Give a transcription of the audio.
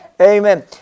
Amen